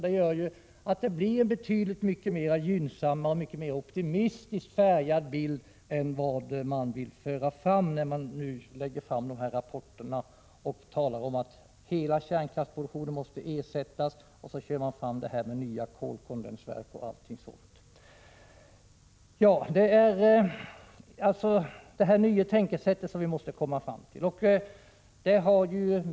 Då blir det en betydligt mycket mer gynnsam och optimistiskt färgad bild än vad man vill föra fram när man nu presenterar dessa rapporter och säger att hela kärnkraftsproduktionen måste ersättas, kör fram förslag om nya kolkondensverk osv. Det är det nya tänkesättet som vi måste komma fram till.